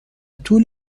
طول